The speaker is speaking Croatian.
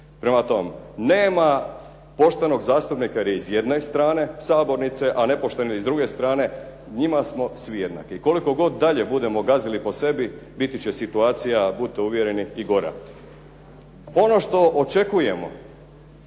Prema tome, nema poštenog zastupnika jer je s jedne strane sabornice, a nepošteni s druge strane. Njima smo svi jednaki. Koliko god dalje budemo gazili po sebi biti će situacija budite uvjereni i gora. Ono što očekujemo